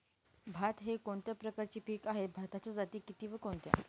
भात हे कोणत्या प्रकारचे पीक आहे? भाताच्या जाती किती व कोणत्या?